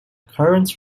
current